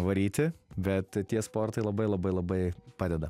varyti bet tie sportai labai labai labai padeda